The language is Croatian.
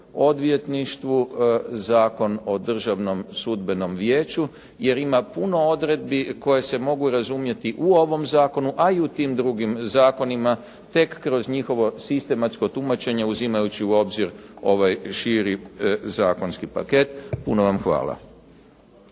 odvjetništvu, Zakon o Državnom sudbenom vijeću, jer ima puno odredbi koje se mogu razumjeti i u ovom zakonu, a i u tim drugim zakonima tek kroz njihovo sistematsko tumačenje uzimajući u obzir ova širi zakonski paket. Puno vam hvala.